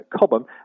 Cobham